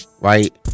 Right